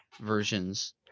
versions